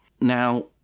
Now